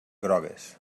grogues